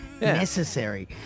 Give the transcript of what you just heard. necessary